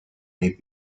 may